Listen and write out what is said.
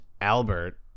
Albert